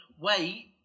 Wait